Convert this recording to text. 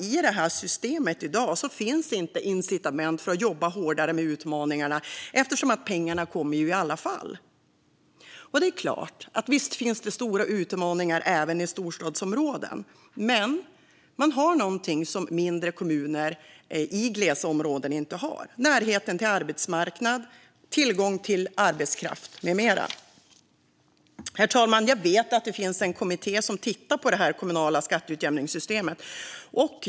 I systemet finns nämligen i dag inget incitament för att jobba hårdare med utmaningarna eftersom pengarna kommer i alla fall. Visst finns det stora utmaningar även i storstadsområden. Men man har någonting som mindre kommuner i glesbygdsområden inte har: närhet till arbetsmarknad, tillgång till arbetskraft med mera. Herr talman! Jag vet att det finns en kommitté som tittar på det kommunala skatteutjämningssystemet.